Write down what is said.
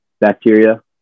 bacteria